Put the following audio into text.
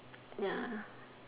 ya